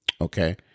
Okay